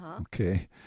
Okay